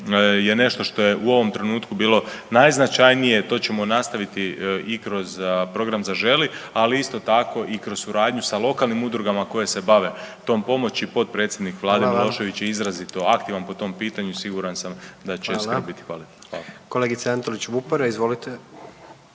je nešto što je u ovom trenutku bilo najznačajnije, to ćemo nastaviti i kroz program „Zaželi“, ali isto tako i kroz suradnju sa lokalnim udrugama koje se bave tom pomoći. Potpredsjednik Vlade Milošević …/Upadica predsjednik: Hvala vam./… je izrazito aktivan po tom pitanju, siguran sam da će sve bit … Hvala. **Jandroković, Gordan (HDZ)** Kolegica Antolić Vupora, izvolite.